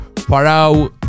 Parau